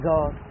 God